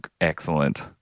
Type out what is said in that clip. Excellent